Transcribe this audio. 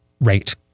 rate